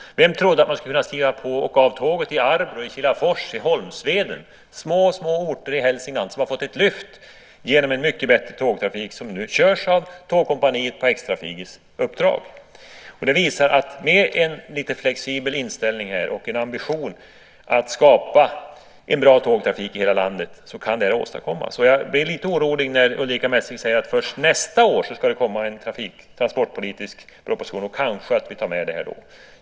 Vem trodde att man skulle kunna stiga på och av tåget i Arbrå, Kilafors och Holmsveden? Det är små orter i Hälsingland som har fått ett lyft genom en mycket bättre tågtrafik, som nu körs av Tågkompaniet på X-Trafiks uppdrag. Det visar att med en lite flexibel inställning och en ambition att skapa en bra tågtrafik i hela landet kan det här åstadkommas. Jag blir lite orolig när Ulrica Messing säger att först nästa år ska det komma en transportpolitisk proposition och kanske man då tar med det här.